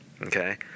okay